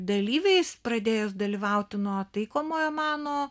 dalyviais pradėjus dalyvauti nuo taikomojo mano